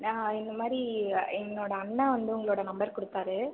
நான் இந்தமாதிரி என்னோடய அண்ணா வந்து உங்களோட நம்பர் கொடுத்தாரு